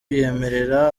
yemerera